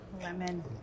lemon